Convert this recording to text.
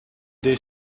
there